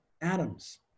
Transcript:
atoms